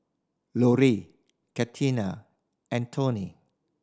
Loree Catina and Toni